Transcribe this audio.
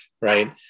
right